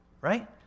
right